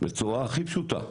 בצורה הכי פשוטה.